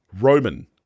Roman